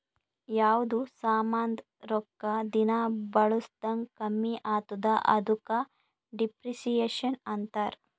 ಯಾವ್ದು ಸಾಮಾಂದ್ ರೊಕ್ಕಾ ದಿನಾ ಬಳುಸ್ದಂಗ್ ಕಮ್ಮಿ ಆತ್ತುದ ಅದುಕ ಡಿಪ್ರಿಸಿಯೇಷನ್ ಅಂತಾರ್